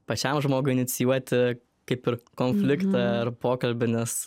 pačiam žmogui inicijuoti kaip ir konfliktą ar pokalbį nes